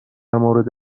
مورد